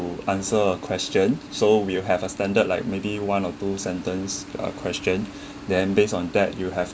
you answer a question so we'll have a standard like maybe one or two sentence uh question then based on that you have